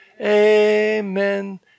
amen